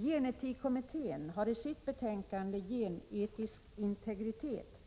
Gen-etikkommittén har i sitt betänkande Genetisk integritet